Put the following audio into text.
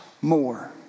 more